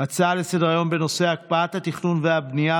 הצעות לסדר-היום בנושא: הקפאת התכנון והבנייה